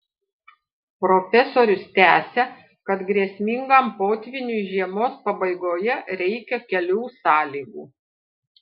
profesorius tęsia kad grėsmingam potvyniui žiemos pabaigoje reikia kelių sąlygų